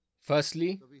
Firstly